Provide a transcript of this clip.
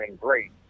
great